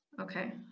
Okay